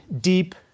deep